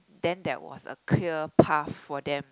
then there was a clear path for them